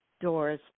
doors